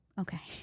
Okay